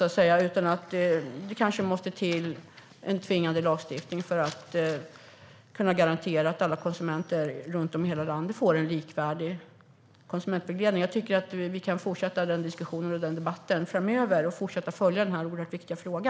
Det kanske måste till en tvingande lagstiftning så att alla konsumenter garanteras en likvärdig konsumentvägledning. Jag tycker att vi kan fortsätta diskussionen och debatten framöver och fortsätta att följa denna oerhört viktiga fråga.